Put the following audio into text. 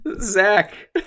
Zach